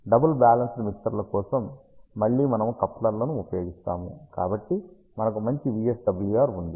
double balanced మిక్సర్ల కోసం మళ్ళీ మనము కప్లర్లను ఉపయోగిస్తాము కాబట్టి మనకు మంచి VSWR ఉంది